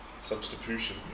Substitution